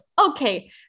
okay